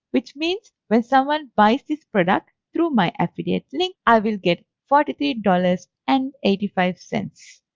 which means when someone buys this product through my affiliate link i will get forty three dollars and eighty five cents